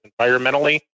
environmentally